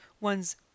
one's